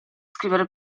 scrivere